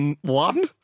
one